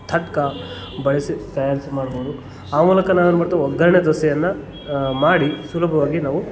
ತಡ್ಕ ಬಳಸಿ ತಯಾರಿಸಿ ಮಾಡ್ಬೋದು ಆ ಮೂಲಕ ನಾವು ಏನು ಮಾಡ್ತವ ಒಗ್ಗರಣೆ ದೋಸೆಯನ್ನು ಮಾಡಿ ಸುಲಭವಾಗಿ ನಾವು ತಿನ್ಬೋದು